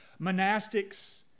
Monastics